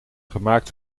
gemaakt